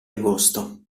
agosto